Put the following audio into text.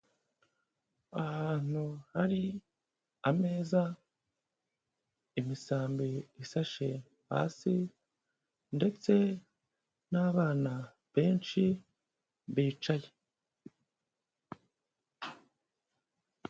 Ahantu hari ameza, imisambi isashe hasi ndetse n'abana benshi bicaye.